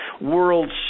World